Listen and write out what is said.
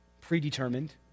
predetermined